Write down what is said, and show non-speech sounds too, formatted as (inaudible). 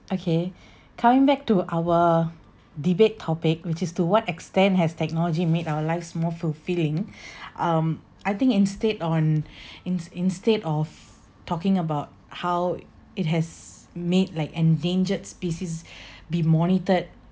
okay coming back to our debate topic which is to what extent has technology made our lives more fulfilling (breath) um I think instead on ins~ instead of talking about how it has made like endangered species be monitored